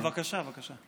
בבקשה, בבקשה.